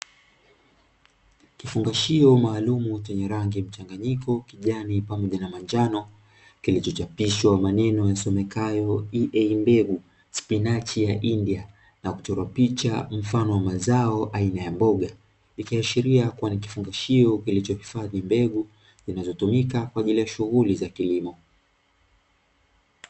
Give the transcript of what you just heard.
Kifungashio maalum chenye rangi mchanganyiko, kijani pamoja na manjano, kilichochapishwa maneno yasomekayo: 'E.A mbegu', 'Spinachi ya India', na kuchora picha mfano wa mazao aina ya mboga. Ikiashiria kuwa ni kifungashio kilichohifadhi mbegu zinazotumika kwa ajili ya shughuli za kilimo.